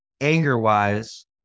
anger-wise